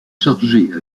chargée